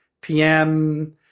PM